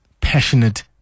passionate